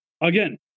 Again